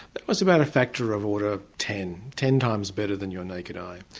that was about a factor of order ten ten times better than your naked eye.